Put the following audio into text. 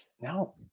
No